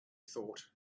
thought